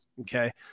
okay